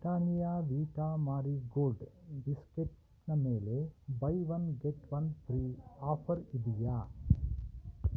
Britannia Vita Marie gold ಬಿಸ್ಕೆಟ್ಸ್ನ ಮೇಲೆ buy one get one free offer ಇದೆಯಾ